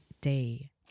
day